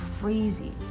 crazy